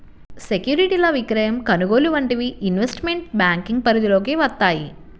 సెక్యూరిటీల విక్రయం, కొనుగోలు వంటివి ఇన్వెస్ట్మెంట్ బ్యేంకింగ్ పరిధిలోకి వత్తయ్యి